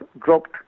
dropped